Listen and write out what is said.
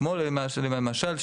כמו למשל,